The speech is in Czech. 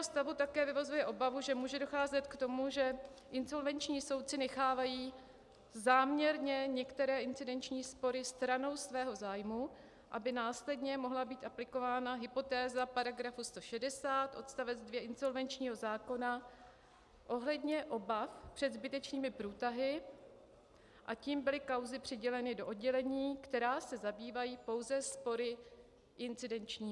Z popsaného stavu také vyvozuje obavu, že může docházet k tomu, že insolvenční soudci nechávají záměrně některé incidenční spory stranou svého zájmu, aby následně mohla být aplikována hypotéza § 160 odst. 2 insolvenčního zákona ohledně obav před zbytečnými průtahy, a tím byly kauzy přiděleny do oddělení, která se zabývají pouze spory incidenčními.